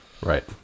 Right